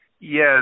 Yes